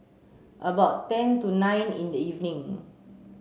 about ten to nine in the evening